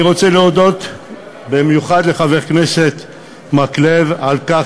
אני רוצה להודות במיוחד לחבר הכנסת מקלב על כך